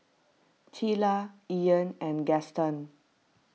Teela Ian and Gaston